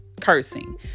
cursing